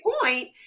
point